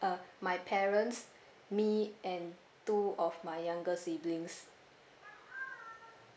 uh my parents me and two of my younger siblings